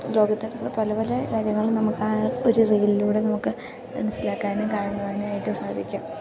ലോകത്തെടുക്കുന്ന പല പല കാര്യങ്ങളും നമുക്ക് ആ ഒരു റീലിലൂടെ നമുക്ക് മനസ്സിലാക്കാനും കാണുവാനായിട്ട് സാധിക്കും